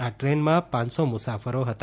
આ ટ્રેનમાં પાંચસો મુસાફરો હતા